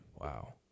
Wow